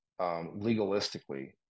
legalistically